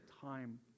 time